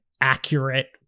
accurate